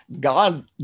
God